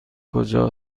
کجا